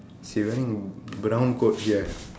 she wearing brown coat here